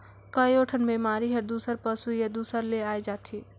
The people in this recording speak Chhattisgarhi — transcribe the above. कयोठन बेमारी हर दूसर पसु या दूसर ले आये जाथे